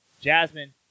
jasmine